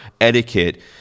etiquette